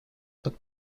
под